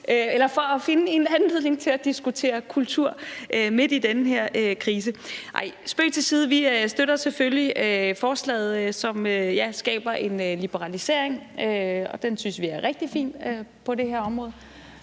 hen for at finde en anledning til at diskutere kultur midt i denne krise. Nej, spøg til side. Vi støtter selvfølgelig forslaget, som skaber en liberalisering, og den synes vi er rigtig fin på det her område.